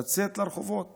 לצאת לרחובות